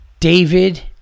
David